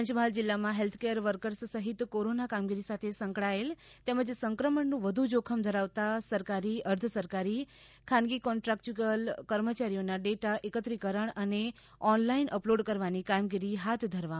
પંચમહાલ જિલ્લામાં health care workers સહિત corona કામગીરી સાથે સંકળાયેલ તેમજ સંક્રમણનું વધુ જોખમ ધરાવતા સરકારી અર્ધ સરકારી ખાનગી કોન્ટ્રાકચ્યુલ કર્મચારીઓના ડેટા એકત્રીકરણ અને ઓનલાઈન અપલોડ કરવાની કામગીરી હાથ ધરવામાં આવી છે